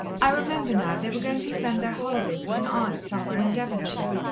i remember now, they were going to spend their holidays with an aunt somewhere in devonshire.